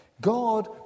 God